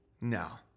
No